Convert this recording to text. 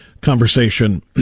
conversation